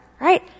Right